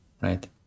right